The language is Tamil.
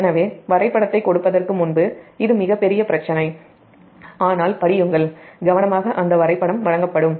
எனவே வரைபடத்தைக் கொடுப்பதற்கு முன்பு இது மிகப் பெரிய பிரச்சினை ஆனால் படியுங்கள்கவனமாக அந்த வரைபடம் வழங்கப்படும்